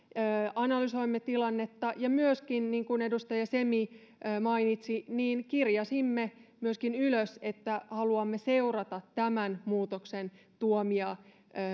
analysoimme tilannetta ja myöskin niin kuin edustaja semi mainitsi kirjasimme ylös että haluamme seurata tämän muutoksen tuomia